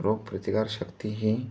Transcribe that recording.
रोग प्रतिकारशक्ती ही